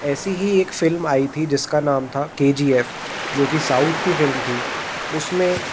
ऐसी ही एक फिल्म आई थी जिसका नाम था के जी एफ जो की साउथ की फिल्म थी उसमें